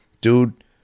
Dude